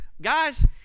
guys